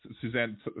Suzanne